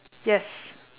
yes